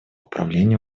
управлению